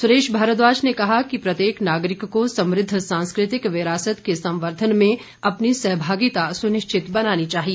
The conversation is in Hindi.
सुरेश भारद्वाज ने कहा कि प्रत्येक नागरिक को समृद्ध सांस्कृतिक विरासत के संवर्दन में अपनी सहभागिता सुनिश्चित बनानी चाहिए